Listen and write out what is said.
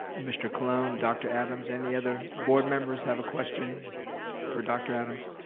mr. colon, dr. adams. any other board members have a question for dr. adams?